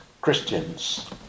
Christians